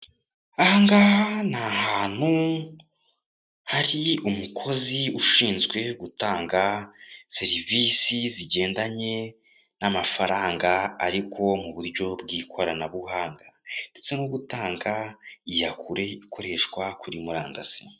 Aha ngaha ni ahantu hari umukozi ushinzwe gutanga serivisi zigendanye n' amafaranga ariko mu buryo bw' ikoranabuhanga. Ndetse nko gutanga iyakure ikoreshwa kuri murandasi.